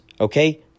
Okay